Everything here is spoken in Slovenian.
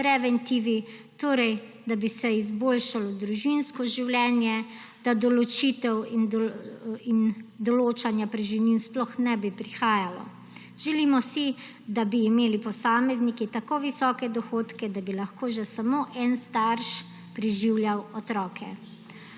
preventivi, da bi se izboljšalo družinsko življenje, da do ločitev in določanja preživnin sploh ne bi prihajalo. Želimo si, da bi imeli posamezniki tako visoke dohodke, da bi lahko že samo en starš preživljal otroke.